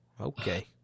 Okay